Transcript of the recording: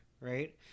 right